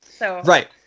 Right